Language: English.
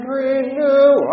renew